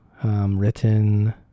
Written